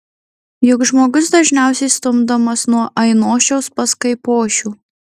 juk žmogus dažniausiai stumdomas nuo ainošiaus pas kaipošių